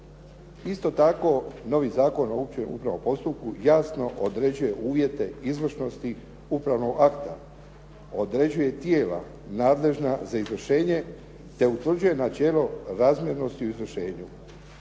Isto tako novi Zakon o općem upravno postupku jasno određuje uvjete izvršnosti upravnog akta, određuje tijela nadležna za izvršenje te utvrđuje načelo razmjernosti u izvršenju.